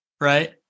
Right